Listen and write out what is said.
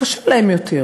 וקשה להן יותר,